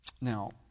Now